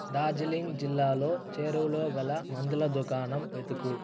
డార్జిలింగ్ జిల్లాలో చేరువలోగల మందుల దుకాణం వెతుకు